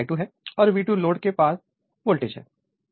यह current I2 है और V2 लोड के पार वोल्टेज है